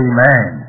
Amen